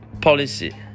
policy